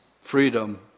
freedom